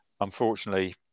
unfortunately